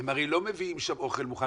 הם הרי לא מביאים שם אוכל מוכן,